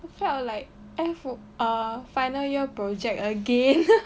it felt like err final year project again